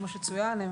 כפי שצוין,